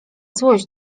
złość